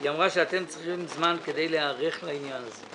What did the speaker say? היא אמרה שאתם צריכים זמן כדי להיערך לעניין הזה.